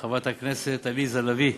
חברת הכנסת עליזה לביא,